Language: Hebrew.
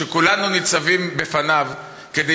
שכולנו ניצבים בפניו, כדי